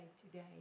today